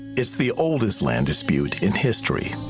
it's the oldest land dispute in history.